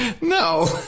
No